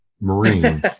Marine